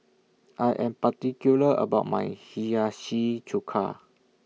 I Am particular about My Hiyashi Chuka